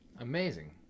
Amazing